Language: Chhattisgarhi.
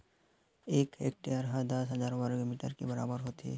एक हेक्टेअर हा दस हजार वर्ग मीटर के बराबर होथे